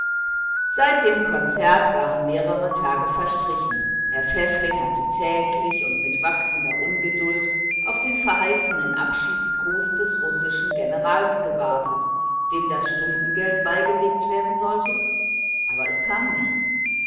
seit dem konzert waren mehrere tage verstrichen herr pfäffling hatte täglich und mit wachsender ungeduld auf den verheißenen abschiedsgruß des russischen generals gewartet dem das honorar für die stunden beigelegt sein sollte aber es kam nichts